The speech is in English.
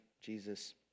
Jesus